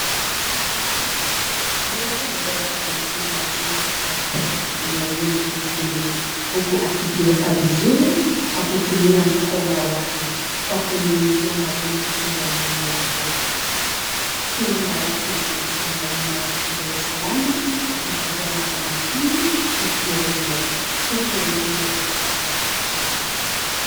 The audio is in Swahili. Ndovu mdogo amesimama juu ya ardhi yenye vumbi nyekundu huku akijiweka vizuri kwa kutumia mkonga wake, kwa nyunyuzia mavumbi juu ya mwili wake. Kundi la watu limejipanga nyuma ya kamba ya usalama wakitazama kwa makini tukio hilo huku wengine wakipiga picha.